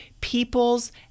people's